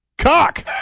Cock